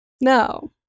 No